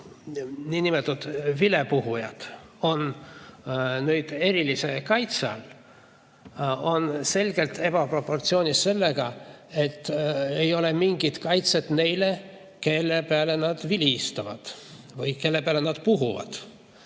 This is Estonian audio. niinimetatud vilepuhujad on nüüd erilise kaitse all, on selgelt ebaproportsioonaalne sellega, et ei ole mingit kaitset neile, kelle peale nad vilistavad või kelle peale nad puhuvad.